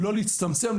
לא להצטמצם,